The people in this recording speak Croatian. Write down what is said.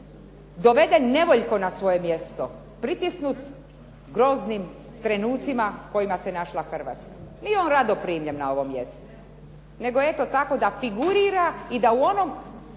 doveden nevoljko na svoje mjesto pritisnut groznim trenucima u kojima se našla Hrvatska. Nije on rado primljen na ovo mjesto, nego eto tako da figurira i da u onom